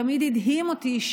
תמיד הדהים אותי,